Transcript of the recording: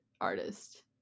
artist